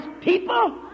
people